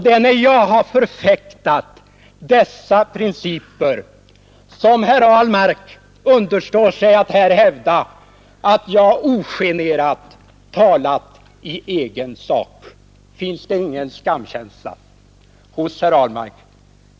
Det är när jag har förfäktat dessa principer som herr Ahlmark understår sig att här hävda att jag ogenerat talat i egen sak. Finns det ingen skamkänsla hos herr Ahlmark?